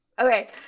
Okay